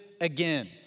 again